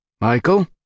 Michael